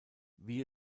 wie